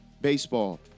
baseball